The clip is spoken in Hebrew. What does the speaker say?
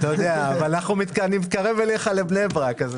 אבל אני מתקרב אליך לבני ברק.